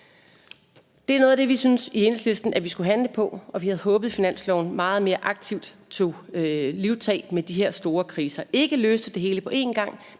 Det er noget af det, vi i Enhedslisten synes man skulle handle på, og vi havde håbet, at finansloven meget mere aktivt tog livtag med de her store kriser – ikke løste det hele på én gang,